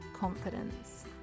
confidence